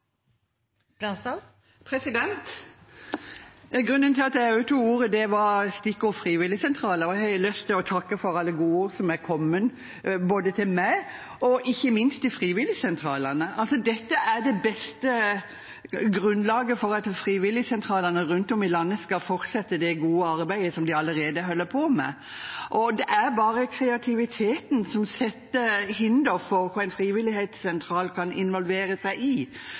gjer. Grunnen til at jeg også tar ordet, var stikkordet frivilligsentraler. Jeg har lyst til å takke for alle godord som er kommet både til meg og ikke minst til frivilligsentralene. Dette er det beste grunnlaget for at frivilligsentralene rundt om i landet skal fortsette det gode arbeidet som de allerede holder på med. Det er bare kreativiteten som setter hinder for hva en frivilligsentral kan involvere seg i,